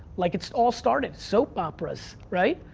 like it's all started, soap operas, right?